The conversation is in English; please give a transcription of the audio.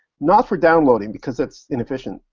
not for downloading, because that's inefficient,